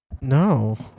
No